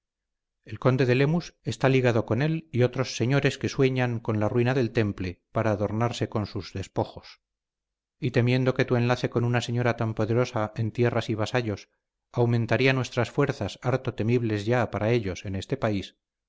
el conde de lemus está ligado con él y otros señores que sueñan con la ruina del temple para adornarse con sus despojos y temiendo que tu enlace con una señora tan poderosa en tierras y vasallos aumentaría nuestras fuerzas harto temibles ya para ellos en este país